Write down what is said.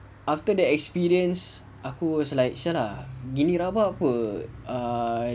after the experience aku was like !siala! gini rabak [pe] err